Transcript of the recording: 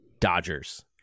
Dodgers